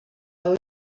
our